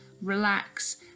relax